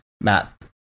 map